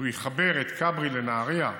שיחבר את כברי לנהריה,